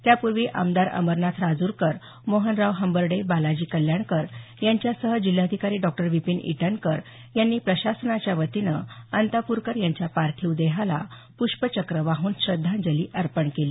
त्यापूर्वी आमदार अमरनाथ राजूरकर मोहनराव हंबर्डे बालाजी कल्याणकर यांच्यासह जिल्हाधिकारी डॉ विपिन ईटनकर यांनी प्रशासनाच्यावतीनं अंतापूरकर यांच्या पार्थिव देहाला पुष्पचक्र वाहून श्रद्धांजली अर्पण केली